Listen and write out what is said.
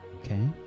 Okay